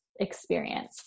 experience